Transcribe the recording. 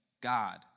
God